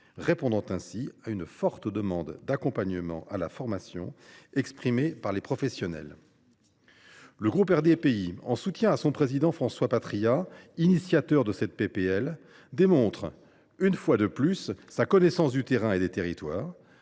répondant ainsi à une forte demande d’accompagnement à la formation exprimée par les professionnels. Le groupe RDPI soutient la démarche de son président François Patriat, à l’initiative de cette proposition de loi, démontre une fois de plus sa connaissance du terrain et des territoires,